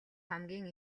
хамгийн